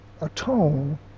atone